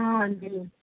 ਹਾਂਜੀ